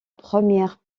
première